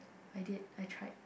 I did I tried